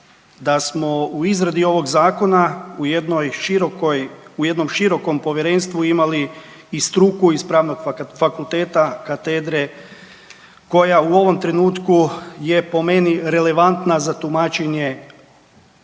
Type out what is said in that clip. da smo u izradi ovog Zakona u jednom širokom povjerenstvu imali i struku iz Pravnog fakulteta, Katedre koja u ovom trenutku je po meni relevantna za tumačenje